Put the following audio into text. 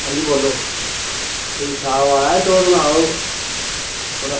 हांजी बोल्लो ठीक ठाक माराज तुस सनाओ पना